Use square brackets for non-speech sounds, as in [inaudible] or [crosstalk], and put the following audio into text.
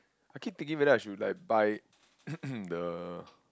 I keep thinking whether I should like buy [coughs] the